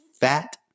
fat